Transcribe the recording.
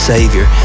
Savior